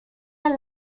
del